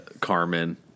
Carmen